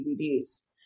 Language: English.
DVDs